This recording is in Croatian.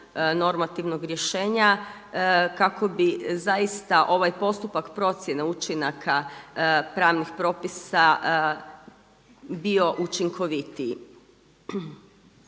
normativnog rješenja kako bi zaista ovaj postupak procjene učinaka pravnih propisa bio učinkovitiji.